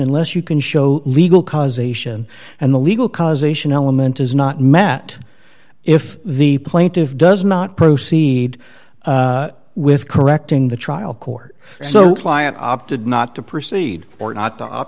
unless you can show legal causation and the legal causation element is not met if the plaintive does not proceed with correcting the trial court so client opted not to proceed or not